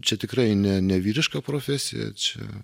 čia tikrai ne nevyriška profesija čia